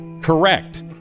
correct